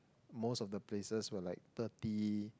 most of the places were like thirty